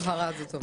הבהרה זה טוב.